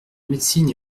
médecine